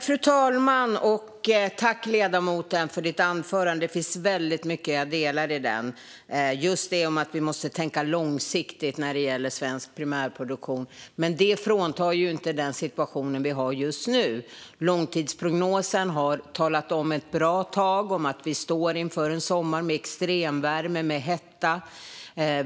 Fru talman! Tack, ledamoten, för ditt anförande! Det fanns mycket i det som jag håller med om, till exempel att vi måste tänka långsiktigt när det gäller svensk primärproduktion. Det förändrar dock inte den situation vi har just nu. Långtidsprognosen har ett bra tag talat om att vi står inför en sommar med extremvärme - med hetta.